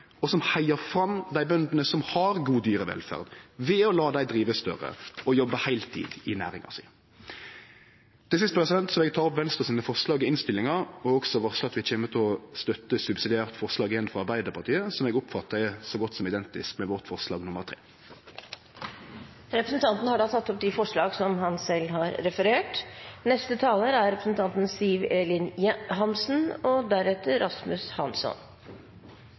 og som heiar fram dei bøndene som har god dyrevelferd, ved å la dei drive større og jobbe heiltid i næringa si. Til sist vil eg ta opp dei forslaga i innstillinga som Venstre står bak, og eg vil varsle at vi subsidiært kjem til å støtte forslag nr. 1, frå Arbeidarpartiet, som eg oppfattar er så godt som identisk med vårt forslag nr. 3. Representanten Sveinung Rotevatn har tatt opp de forslagene han